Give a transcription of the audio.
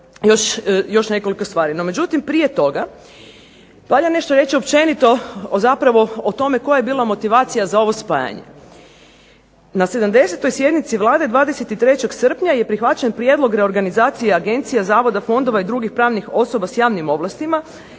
još nekoliko stvari. No međutim prije toga, valja nešto reći općenito o tome koja je bila motivacija za ovo spajanje. Na 70. sjednici Vlade 23. srpnja je prihvaćen prijedlog reorganizacije agencija, zavoda, fondova i drugih pravnih osoba s javnim ovlastima